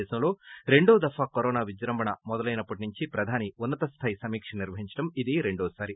దేశంలో రెండో దఫా కరోనా విజ్వంభణ మొదలైనప్పటి నుంచి ప్రధాని ఉన్నత స్లోయి సమీక్ష నిర్వహించడం ఇది రెండోసారి